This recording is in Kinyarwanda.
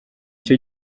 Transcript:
cyo